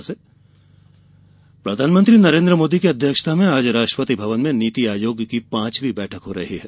नीति आयोग बैठक प्रधानमंत्री नरेन्द्र मोदी की अध्यक्षता में आज राष्ट्रपति भवन में नीति आयोग की पांचवी बैठक हो रही है